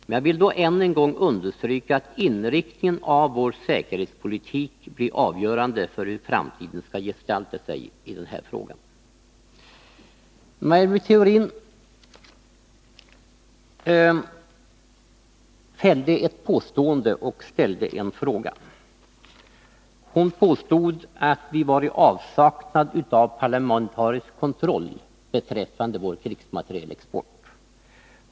Men jag vill då än en gång understryka att inriktningen av vår säkerhetspolitik blir avgörande för hur framtiden skall gestalta sig i den här frågan. Maj Britt Theorin gjorde ett påstående och ställde en fråga. Hon påstod att vi var i avsaknad av en parlamentarisk kontroll beträffande vår krigsmaterielexport.